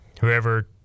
whoever